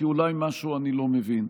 כי אולי משהו אני לא מבין.